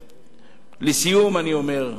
ולסיום אני אומר,